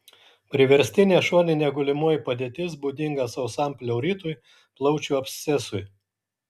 priverstinė šoninė gulimoji padėtis būdinga sausam pleuritui plaučių abscesui